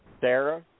Sarah